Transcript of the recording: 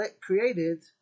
created